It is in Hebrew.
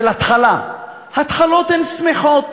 של התחלה, התחלות הן שמחות.